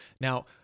Now